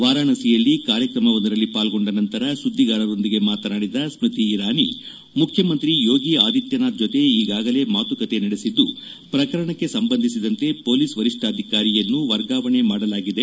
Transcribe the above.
ವಾರಾಣಸಿಯಲ್ಲಿ ಕಾರ್ಯಕ್ರಮವೊಂದರಲ್ಲಿ ಪಾಲ್ಲೊಂಡ ನಂತರ ಸುದ್ಲಿಗಾರರೊಂದಿಗೆ ಮಾತನಾಡಿದ ಸ್ಪತಿ ಇರಾನಿ ಮುಖ್ಯಮಂತ್ರಿ ಯೋಗಿ ಆದಿತ್ತನಾಥ್ ಜೊತೆ ಈಗಾಗಲೆ ಮಾತುಕತೆ ನಡೆಸಿದ್ಲು ಪ್ರಕರಣಕ್ಕೆ ಸಂಬಂಧಿಸಿದಂತೆ ಮೊಲೀಸ್ ವರಿಷ್ಣಾಧಿಕಾರಿಯನ್ನು ವರ್ಗಾವಣೆ ಮಾಡಲಾಗಿದೆ